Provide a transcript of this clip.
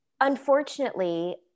unfortunately